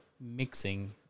mixing